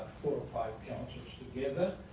five councils together.